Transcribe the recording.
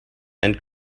and